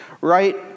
right